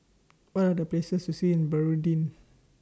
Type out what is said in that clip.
What Are The Best Places to See in Burundi